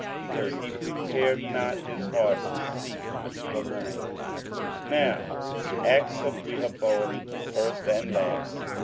because he prepared not his heart to seek the lord now the acts of rehoboam, first and last,